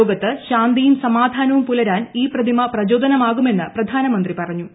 ലോകത്ത് ശാന്തിയും സമാധാനവും പുലരാൻ ഈ പ്രതിമ പ്രചോദനമാകുമെന്ന് പ്രധാനമന്ത്രി പറഞ്ഞു